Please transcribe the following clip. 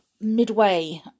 midway